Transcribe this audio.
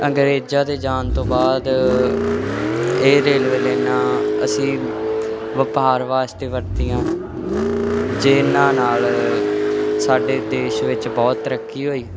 ਅੰਗਰੇਜ਼ਾਂ ਦੇ ਜਾਣ ਤੋਂ ਬਾਅਦ ਇਹ ਰੇਲਵੇ ਲੈਨਾਂ ਅਸੀਂ ਵਪਾਰ ਵਾਸਤੇ ਵਰਤੀਆਂ ਜਿਹਨਾਂ ਨਾਲ ਸਾਡੇ ਦੇਸ਼ ਵਿੱਚ ਬਹੁਤ ਤਰੱਕੀ ਹੋਈ